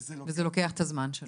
וזה לוקח את הזמן שלו.